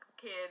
kid